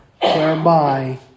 whereby